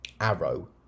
Arrow